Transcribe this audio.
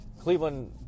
Cleveland